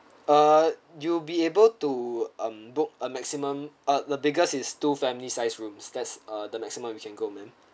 uh you'll be able to um book a maximum ah the biggest is two family size rooms that's uh the maximum we can go ma'am